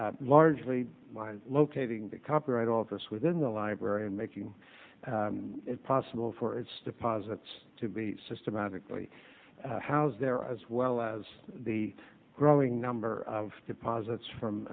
largely locating the copyright office within the library and making it possible for its deposits to be systematically housed there as well as the growing number of deposits from